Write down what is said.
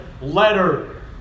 letter